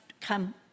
come